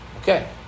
Okay